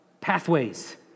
pathways